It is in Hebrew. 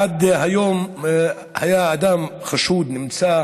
עד היום אדם חשוד היה נמצא